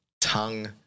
tongue